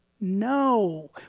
no